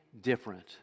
different